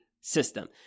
system